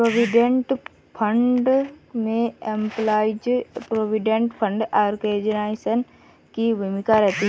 provident fund में employees provident fund organisation की भूमिका रहती है